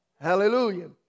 Hallelujah